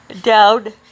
down